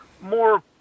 more